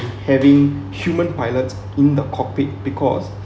having human pilots in the cockpit because